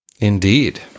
Indeed